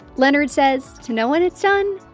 leonard says to know when it's done,